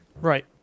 Right